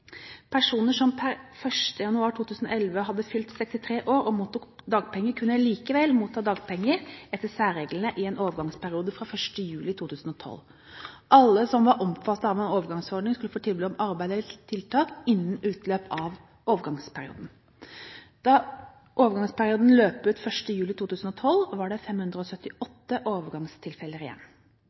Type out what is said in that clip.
Personer som per 1. januar 2011 hadde fylt 63 år og mottok dagpenger, kunne likevel motta dagpenger etter særreglene i en overgangsperiode fram til 1. juli 2012. Alle som var omfattet av overgangsordningen, skulle få tilbud om arbeid eller tiltak innen utløp av overgangsperioden. Da overgangsperioden løp ut 1. juli 20l2, var det 578 overgangstilfeller igjen,